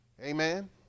Amen